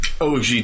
OG